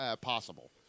possible